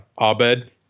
Abed